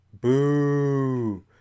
boo